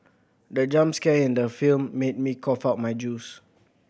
the jump scare in the film made me cough out my juice